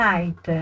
Night